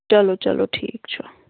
چَلو چَلو ٹھیٖک چھُ